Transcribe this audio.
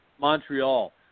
Montreal